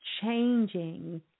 changing